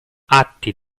atti